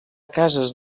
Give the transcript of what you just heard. cases